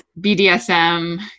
BDSM